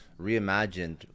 reimagined